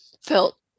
felt